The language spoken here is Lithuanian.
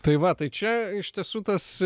tai va tai čia iš tiesų tas